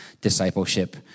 discipleship